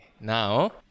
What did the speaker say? now